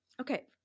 Okay